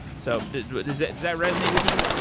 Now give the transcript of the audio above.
so does that does that resonate with you?